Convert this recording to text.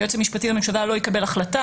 היועץ המשפטי לממשלה לא יקבל החלטה